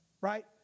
Right